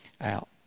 out